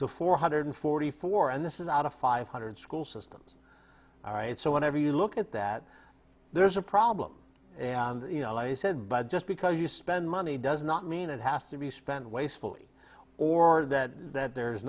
to four hundred forty four and this is out of five hundred school systems all right so whenever you look at that there's a problem and you know i said but just because you spend money does not mean it has to be spent wastefully or that that there